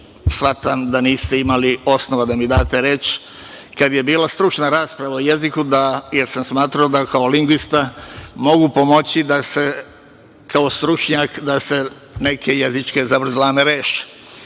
shvatam da niste imali osnova da mi date reč, kada je bila stručna rasprava o jeziku, jer sam smatrao da kao lingvista mogu pomoći, kao stručnjak, da se neke jezičke zavrzlame